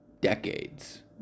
decades